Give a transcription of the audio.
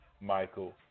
Michael